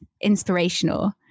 inspirational